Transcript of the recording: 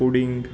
pudding